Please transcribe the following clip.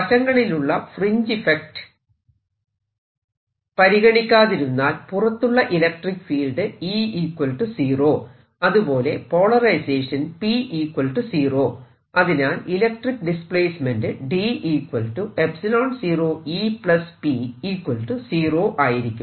വശങ്ങളിലുള്ള fringe effect പരിഗണിക്കാതിരുന്നാൽ പുറത്തുള്ള ഇലക്ട്രിക്ക് ഫീൽഡ് E 0 അതുപോലെ പോളറൈസേഷൻ P 0 അതിനാൽ electric displacement D 0 E P 0 ആയിരിക്കും